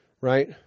right